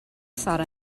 sara